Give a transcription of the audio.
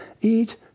Eat